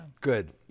Good